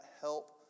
help